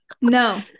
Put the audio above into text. no